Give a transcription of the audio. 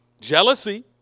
Jealousy